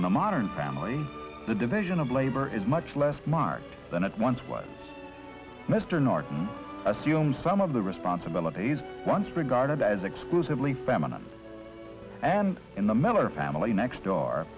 in the modern family the division of labor is much less marked than it once was mr norton assume some of the responsibilities once regarded as exclusively feminine and in the miller family next door